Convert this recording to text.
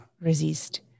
resist